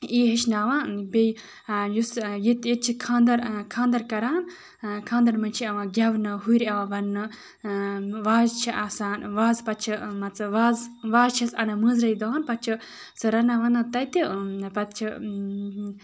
یہِ ہیٚچھناوان بیٚیہِ یُس ییٚتہِ ییٚتہِ چھُ خاندار انان خاندر کران خاندرن منٛز چھُ یِوان گیٚونہٕ ہُرۍ یِوان وَننہٕ وازٕ چھُ آسان وازٕ پَتہٕ چھُ وازٕ چھِ أسۍ اَنان مٲنزرٲژ دۄہَن پَتہٕ چھُ سُہ رَنان وَنان تَتہِ پَتہٕ چھُ